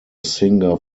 singer